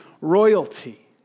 royalty